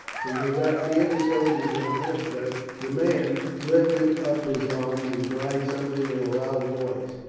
when they got near the soldiers on horseback the man lifted up his arms and cried something in a loud voice.